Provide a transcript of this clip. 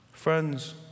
Friends